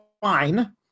fine